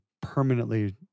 permanently